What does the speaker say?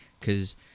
Cause